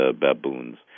baboons